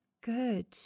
good